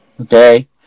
okay